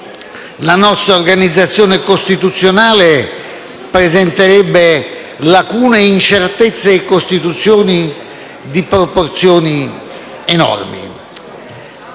la nostra organizzazione costituzionale presenterebbe lacune e incertezze di proporzioni enormi.